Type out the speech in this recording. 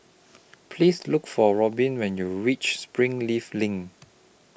Please Look For Robin when YOU REACH Springleaf LINK